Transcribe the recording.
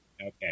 Okay